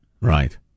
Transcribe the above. Right